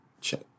check